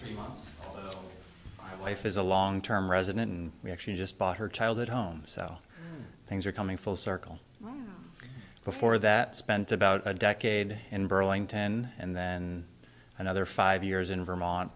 life is a long term resident and we actually just bought her childhood home so things are coming full circle before that spent about a decade in burlington and then another five years in vermont